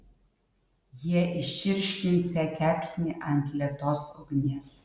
jie iščirškinsią kepsnį ant lėtos ugnies